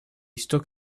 stuck